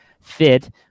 fit